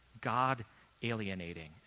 God-alienating